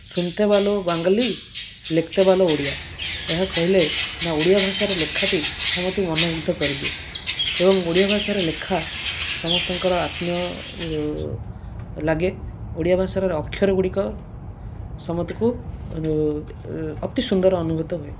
ସୁନତେ ଭାଲୋ ବାଙ୍ଗାଲି ଲେଖତେ ଭାଲୋ ଓଡ଼ିଆ ଏହା କହିଲେ ନା ଓଡ଼ିଆ ଭାଷାର ଲେଖାଟି ସମସ୍ତଙ୍କ ମନ ମୁଗ୍ଧ କରିଦିଏ ଏବଂ ଓଡ଼ିଆ ଭାଷାର ଲେଖା ସମସ୍ତଙ୍କର ଆତ୍ମୀୟ ଲାଗେ ଓଡ଼ିଆ ଭାଷାର ଅକ୍ଷରଗୁଡ଼ିକ ସମସ୍ତଙ୍କୁ ଅତି ସୁନ୍ଦର ଅନୁଭୂତ ହୁଏ